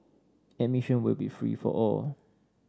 admission will be free for all